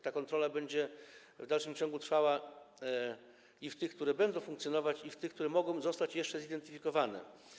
Ta kontrola będzie w dalszym ciągu trwała i w tych, które będą funkcjonować, i w tych, które jeszcze mogą zostać zidentyfikowane.